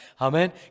Amen